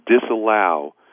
Disallow